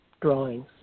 drawings